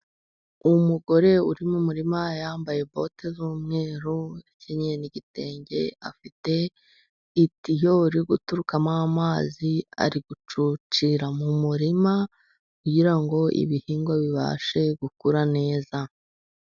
Umugore uri mu murima, yambaye bote z'umweru, akenyeye n'igitenge, afite itiyo iri guturukamo amazi, ari gucucira mu murima kugira ngo ibihingwa bibashe gukura neza.